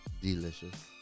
delicious